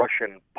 Russian